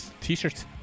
T-shirts